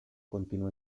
continuó